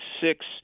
six